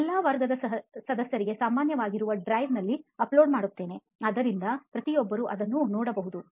ಎಲ್ಲಾ ವರ್ಗದ ಸದಸ್ಯರಿಗೆ ಸಾಮಾನ್ಯ ವಾಗಿರುವ Driveನಲ್ಲಿupload ಮಾಡುತ್ತೇನೆ ಆದ್ದರಿಂದ ಪ್ರತಿಯೊಬ್ಬರೂ ಅದನ್ನು ನೋಡಬಹುದು